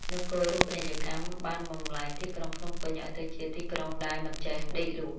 នគរូបនីយកម្មបានបម្លែងទីក្រុងភ្នំពេញឱ្យទៅជាទីក្រុងដែល "មិនចេះដេកលក់"។